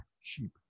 Sheep